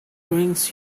brings